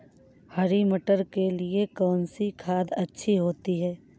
हरी मटर के लिए कौन सी खाद अच्छी होती है?